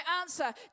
answer